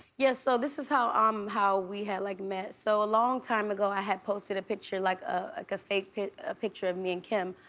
yes, so this is how um how we had like met. so a long time ago, i had posted a picture, like a fake picture ah picture of me and kim,